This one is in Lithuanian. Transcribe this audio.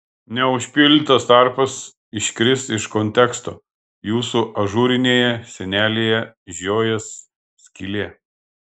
neužpildytas tarpas iškris iš konteksto jūsų ažūrinėje sienelėje žiojės skylė